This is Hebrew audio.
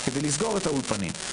כדי לסגור את האולפנים.